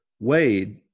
Wade